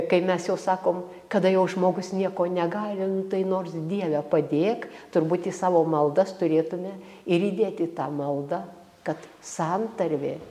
kai mes jau sakom kada jau žmogus nieko negali nu tai nors dieve padėk turbūt į savo maldas turėtume ir įdėti į tą maldą kad santarvė